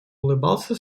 улыбался